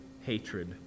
hatred